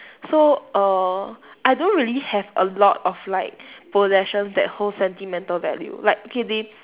so err I don't really have a lot of like possessions that hold sentimental value like okay they